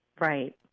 Right